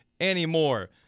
anymore